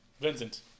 Vincent